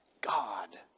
God